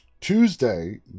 Tuesday